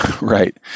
right